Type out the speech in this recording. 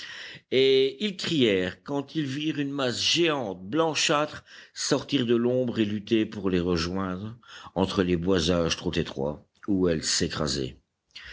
et ils crièrent quand ils virent une masse géante blanchâtre sortir de l'ombre et lutter pour les rejoindre entre les boisages trop étroits où elle s'écrasait